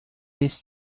this